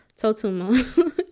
totumo